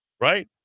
right